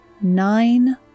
nine